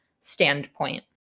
standpoint